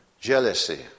Jealousy